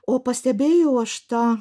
o pastebėjau aš tą